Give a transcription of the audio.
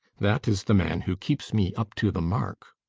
that is the man who keeps me up to the mark.